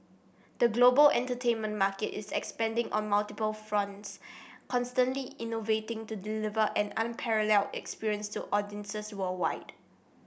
the global entertainment market is expanding on multiple fronts constantly innovating to deliver an unparalleled experience to audiences worldwide